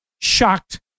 shocked